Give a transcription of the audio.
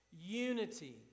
unity